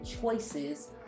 choices